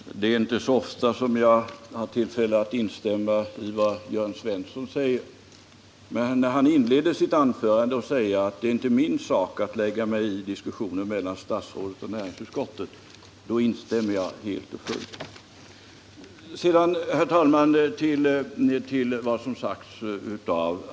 Herr talman! Det är inte så ofta som jag har tillfälle att instämma i vad Jörn Svensson säger. Han inleder sitt anförande med att säga att det inte var hans sak att lägga sig i diskussioner mellan statsrådet och näringsutskottet. Här instämmer jag helt och fullt. Sedan, herr talman, några kommentarer till vad handelsministern sagt.